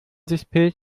displays